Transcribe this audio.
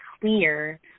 clear